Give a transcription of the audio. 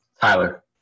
Tyler